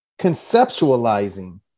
conceptualizing